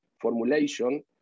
formulation